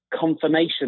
confirmation